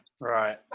right